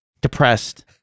depressed